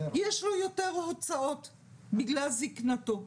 יש לו יותר הוצאות בגלל זקנתו.